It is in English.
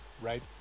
Right